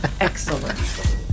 excellent